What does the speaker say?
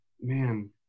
man